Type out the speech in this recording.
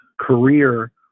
career